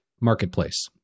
Marketplace